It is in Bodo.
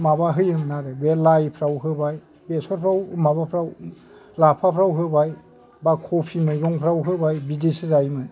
माबा होयोमोन आरो बे लाइफ्राव होबाय बेसरफ्राव माबाफ्राव लाफाफ्राव होबाय बा खफि मैगंफ्राव होबाय बिदिसो जायोमोन